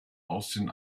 aussehen